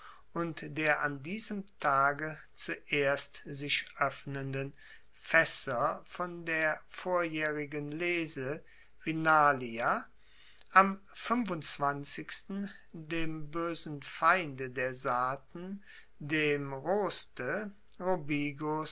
und der an diesem tage zuerst sich oeffnenden faesser von der vorjaehrigen lese vinalia am dem boesen feinde der saaten dem roste